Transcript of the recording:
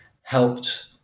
helped